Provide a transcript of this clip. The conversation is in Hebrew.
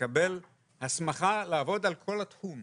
לקבל הסמכה לעבוד על כל התחום.